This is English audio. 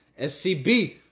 SCB